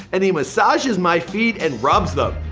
and he massages my feet and rubs them,